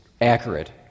accurate